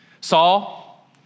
Saul